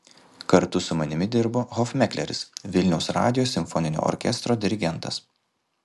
kartu su manimi dirbo hofmekleris vilniaus radijo simfoninio orkestro dirigentas